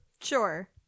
sure